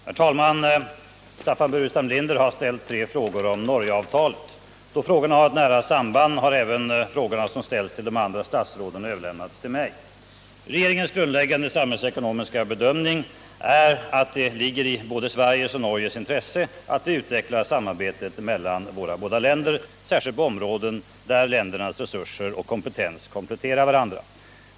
Herr talman! Staffan Burenstam Linder har ställt tre frågor om Norgeavtalet. Då frågorna har ett nära samband har även de frågor som ställts till två andra statsråd överlämnats till mig. Regeringens grundläggande samhällsekonomiska bedömning är att det ligger i både Sveriges och Norges intresse att vi utvecklar samarbetet mellan våra båda länder, särskilt på områden där ländernas resurser och kompetens kompletterar varandra.